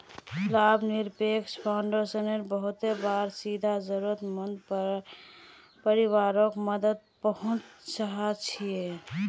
लाभ निरपेक्ष फाउंडेशन बहुते बार सीधा ज़रुरत मंद परिवारोक मदद पहुन्चाहिये